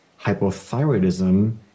hypothyroidism